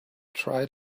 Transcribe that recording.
try